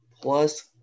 plus